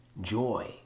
joy